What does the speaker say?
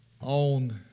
on